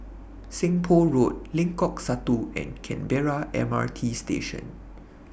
Seng Poh Road Lengkok Satu and Canberra M R T Station